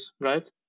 right